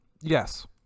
Yes